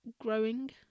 growing